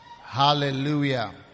Hallelujah